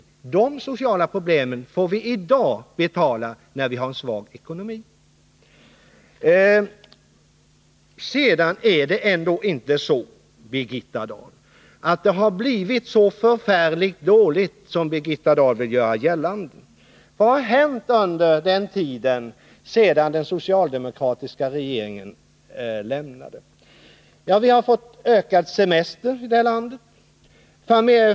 De problemen får vi ta itu med nu när vi har en svag ekonomi. Vidare vill jag säga att det ändå inte har blivit så förfärligt dåligt som Birgitta Dahl gör gällande. Vad har hänt under tiden sedan socialdemokraterna lämnade regeringsinnehavet? Vi har fått längre semester.